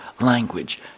language